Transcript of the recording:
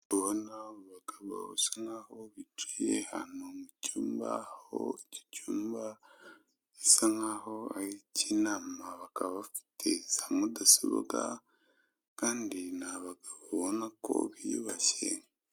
Ubona abagabo basa naho biciye ahantu mu cyumba, aho icyo cyumba gisa nkaho ari ikinama. Bakaba bafite za mudasobwa kandi ni abagabo ubona ko biyubashye.